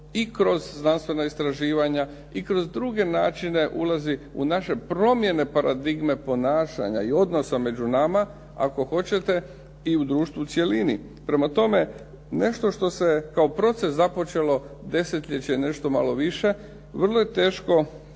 i kroz znanstvena istraživanja i kroz druge načine ulazi u naše promjene paradigme ponašanja i odnosa među nama, ako hoćete i u društvu u cjelini, prema tome nešto što se kao proces započelo desetljeće, nešto malo više, vrlo je teško